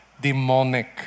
Demonic